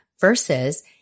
versus